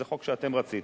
זה חוק שאתם רציתם.